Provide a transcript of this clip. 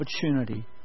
opportunity